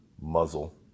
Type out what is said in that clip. muzzle